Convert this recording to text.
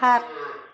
সাত